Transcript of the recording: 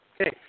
Okay